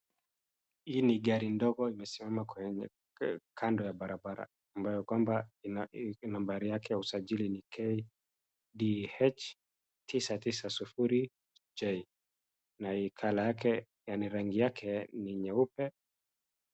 Hii ni gari ndogo imesimama kando ya barabara, ambayo kwamba nambari yake ya usajili ni KDH-990J, na color yake, yaani rangi yake ni nyeupe.